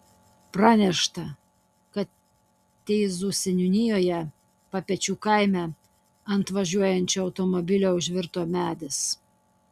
pranešta kad teizų seniūnijoje papečių kaime ant važiuojančio automobilio užvirto medis